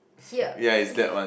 here